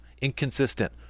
Inconsistent